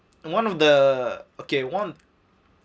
one of the okay one